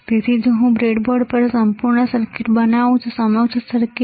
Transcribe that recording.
તેથી જો હું બ્રેડબોર્ડ પર સંપૂર્ણ સર્કિટ બનાવું તો સમગ્ર સર્કિટ